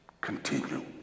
Continue